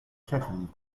chickens